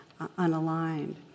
unaligned